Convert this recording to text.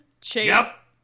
Chase